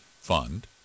Fund